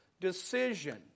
decision